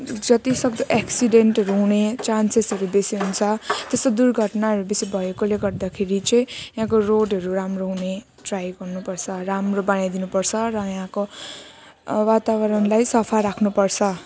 जतिसक्दो एक्सिडेन्टहरू हुने चान्सेसहरू बेसी हुन्छ त्यस्तो दुर्घटनाहरू बेसी भएकोले गर्दाखेरि चाहिँ यहाँको रोडहरू राम्रो हुने ट्राई गर्नुपर्छ राम्रो बनाइदिनु पर्छ र यहाँको वातावरणलाई सफा राख्नुपर्छ